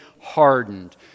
hardened